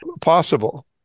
possible